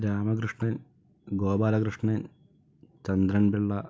Ramakrishnan Gopalakrishnan Chandran Pillai